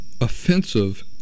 offensive